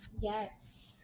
Yes